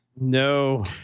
No